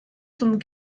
zum